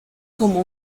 como